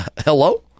hello